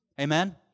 Amen